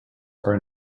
are